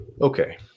okay